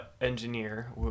engineer